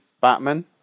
Batman